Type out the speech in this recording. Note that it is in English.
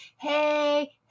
hey